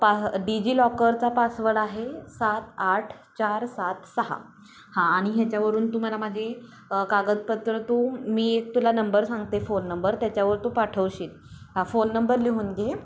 पा डिजिलॉकरचा पासवड आहे सात आठ चार सात सहा हां आणि ह्याच्यावरून तू मला माझी कागदपत्रं तू मी एक तुला नंबर सांगते फोन नंबर त्याच्यावर तू पाठवशील हां फोन नंबर लिहून घे